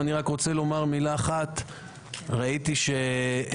אני רק רוצה לומר מילה אחת: ראיתי שביש